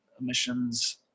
emissions